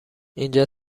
اینجا